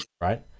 right